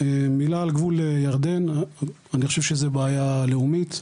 מילה על גבול ירדן: אני חושב שזו בעיה לאומית.